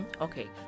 Okay